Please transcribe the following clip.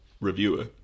reviewer